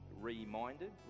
Reminded